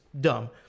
dumb